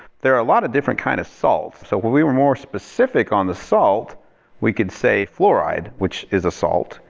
there are a lot of different kind of salts. so if we were more specific on the salt we could say fluoride, which is a salt.